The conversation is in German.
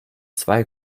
zwei